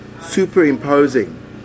superimposing